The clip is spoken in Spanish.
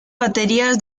baterías